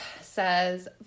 says